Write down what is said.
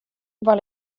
var